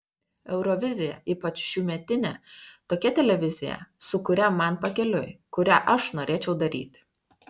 eurovizija ypač šiųmetinė tokia televizija su kuria man pakeliui kurią aš norėčiau daryti